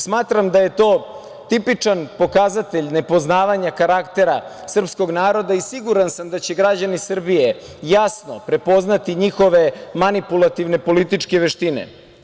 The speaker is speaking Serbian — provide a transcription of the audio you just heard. Smatram da je to tipičan pokazatelj nepoznavanja karaktera srpskog naroda i siguran sam da će građani Srbije jasno prepoznati njihove manipulativne političke veštine.